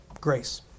Grace